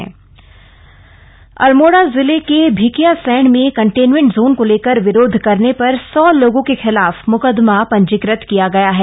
containment zone का विरोध अल्मोड़ा जिले के भिकियासैंण में कंटेनमेंट जोन को लेकर विरोध करने पर सौ लोगों के खिलाफ मुकदमा पंजीकृत किया गया है